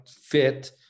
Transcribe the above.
fit